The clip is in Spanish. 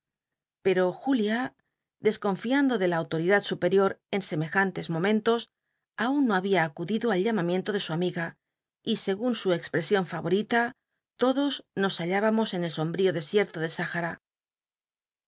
pero julio desconfiando de la autoridad superior en semejantes momentos aun no habia acudido al llamamiento de su amiga y segun su csprcsion ra oita todos nos bau ibamos en el sombrío desierto de